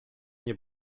nie